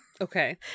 Okay